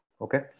Okay